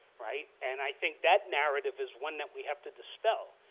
right? and i think that narrative is one that we have to dispel.